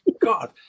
God